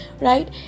right